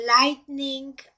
lightning